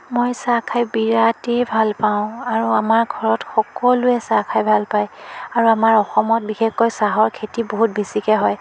মই চাহ খাই বিৰাটেই ভাল পাওঁ আৰু আমাৰ ঘৰত সকলোৱে চাহ খাই ভাল পায় আৰু আমাৰ অসমত বিশেষকৈ চাহৰ খেতি বহুত বেছিকৈ হয়